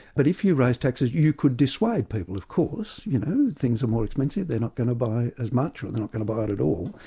but if you raise taxes you could dissuade people, of course, you know, things are more expensive, they're not going to buy as much, or they're not going to buy it at all.